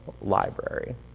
library